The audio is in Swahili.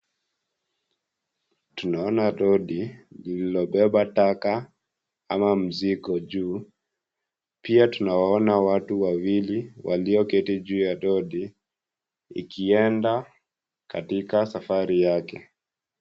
Tunaona lori lililobeba taka ama mzigo juu, pia tunawaona watu wawili walioketi juu ya lori ikienda katika safari yake.